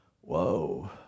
whoa